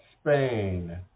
Spain